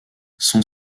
son